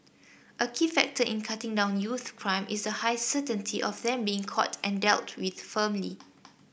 a key factor in cutting down youth crime is the high certainty of them being caught and dealt with firmly